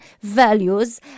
values